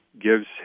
gives